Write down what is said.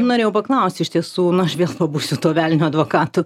norėjau paklaust iš tiesų nu aš vėl pabūsiu tuo velnio advokatu